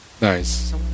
Nice